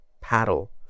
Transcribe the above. paddle